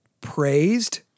praised